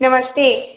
नमस्ते